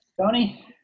Tony